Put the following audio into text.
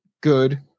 good